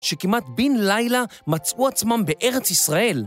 שכמעט בין לילה מצאו עצמם בארץ ישראל.